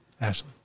Ashley